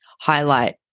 highlight